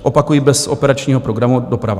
Opakuji, bez Operačního programu Doprava.